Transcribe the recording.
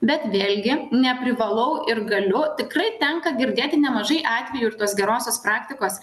bet vėlgi neprivalau ir galiu tikrai tenka girdėti nemažai atvejų ir tos gerosios praktikos